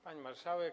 Pani Marszałek!